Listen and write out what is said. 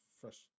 fresh